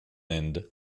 inde